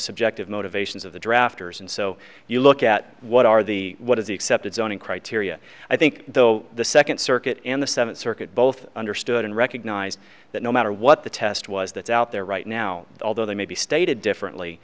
subjective motivations of the drafters and so you look at what are the what is the accepted zoning criteria i think though the second circuit and the seventh circuit both understood and recognized that no matter what test was that's out there right now although they may be stated